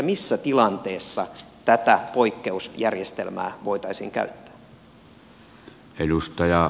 missä tilanteessa tätä poikkeusjärjestelmää voitaisiin käyttää